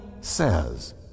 says